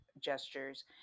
gestures